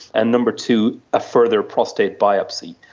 and number two, a further prostate biopsy.